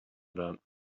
about